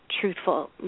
truthful